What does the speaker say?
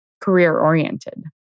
career-oriented